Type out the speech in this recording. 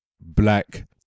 black